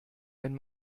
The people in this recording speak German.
ein